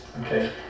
Okay